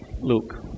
luke